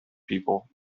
people